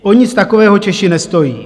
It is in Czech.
O nic takového Češi nestojí.